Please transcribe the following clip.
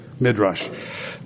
Midrash